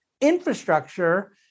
infrastructure